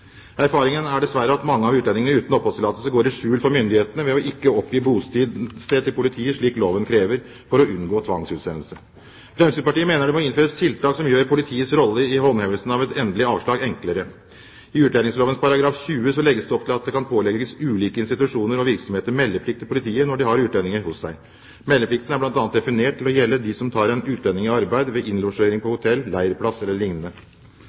er dessverre at mange av utlendingene uten oppholdstillatelse går i skjul for myndighetene ved ikke å oppgi bosted til politiet, slik loven krever, for å unngå tvangsutsendelse. Fremskrittspartiet mener det må innføres tiltak som gjør politiets rolle i håndhevelsen av et endelig avslag, enklere. I utlendingsloven § 20 legges det opp til at det kan pålegges ulike institusjoner og virksomheter meldeplikt til politiet når de har utlendinger hos seg. Meldeplikten er bl.a. definert til å gjelde dem som tar en utlending i arbeid, ved innlosjering på